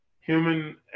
human